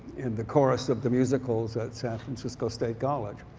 in the chorus of the musicals at san francisco state college.